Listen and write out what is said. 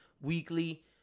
weekly